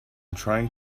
trying